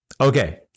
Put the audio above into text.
Okay